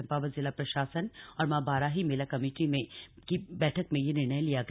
चंपावत जिला प्रशासन और मां बाराही मेला कमेटी की बैठक में यह निर्णय लिया गया